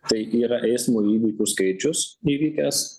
tai yra eismo įvykių skaičius įvykęs